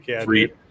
Three